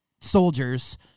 soldiers